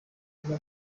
kuba